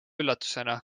üllatusena